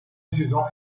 saison